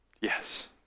Yes